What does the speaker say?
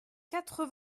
quatre